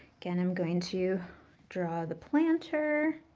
again i'm going to draw the planter